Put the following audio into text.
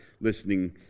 listening